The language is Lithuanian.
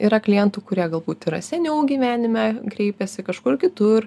yra klientų kurie galbūt yra seniau gyvenime kreipęsi kažkur kitur